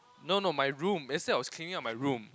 no no my room yesterday I was cleaning up my room